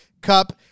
Cup